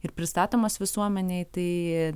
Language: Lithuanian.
ir pristatomos visuomenei tai